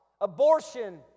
abortion